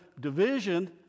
division